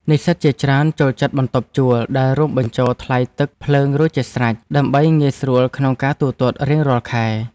និស្សិតជាច្រើនចូលចិត្តបន្ទប់ជួលដែលរួមបញ្ចូលថ្លៃទឹកភ្លើងរួចជាស្រេច ដើម្បីងាយស្រួលក្នុងការទូទាត់រៀងរាល់ខែ។